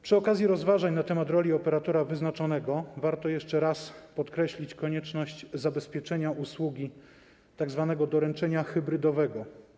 Przy okazji rozważań na temat roli operatora wyznaczonego warto jeszcze raz podkreślić konieczność zabezpieczenia usługi tzw. doręczenia hybrydowego.